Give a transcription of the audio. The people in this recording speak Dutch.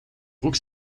broek